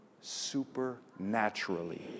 supernaturally